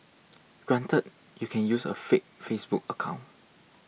granted you can use a fake Facebook account